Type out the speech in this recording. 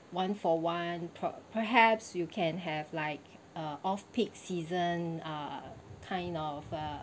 one for one pro~ perhaps you can have like uh off peak season uh kind offer